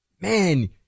man